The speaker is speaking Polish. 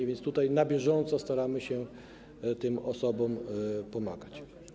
A więcj na bieżąco staramy się tym osobom pomagać.